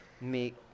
make